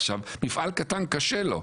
עכשיו מפעל קטן קשה לו,